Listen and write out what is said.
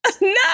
No